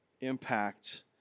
impact